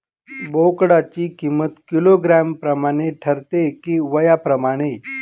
बोकडाची किंमत किलोग्रॅम प्रमाणे ठरते कि वयाप्रमाणे?